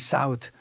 South